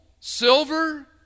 silver